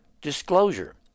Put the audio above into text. disclosure